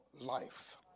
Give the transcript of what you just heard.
life